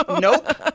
nope